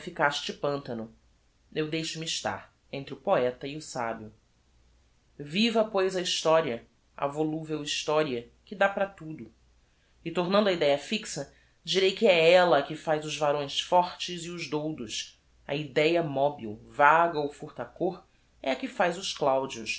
pantano eu deixo me estar entre o poeta e o sabio viva pois a historia a voluvel historia que dá para tudo e tornando á idéa fixa direi que é ella a que faz os varões fortes e os doudos a idéa mobil vaga ou furta cor é a que faz os claudios